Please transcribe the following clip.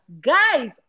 guys